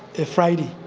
a friday,